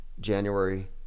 January